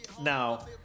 Now